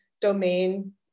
domain